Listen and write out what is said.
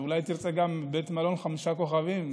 אולי תרצה גם בית מלון חמישה כוכבים,